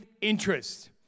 interest